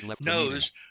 knows